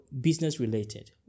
business-related